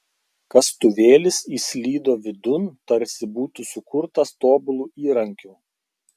kastuvėlis įslydo vidun tarsi būtų sukurtas tobulu įrankiu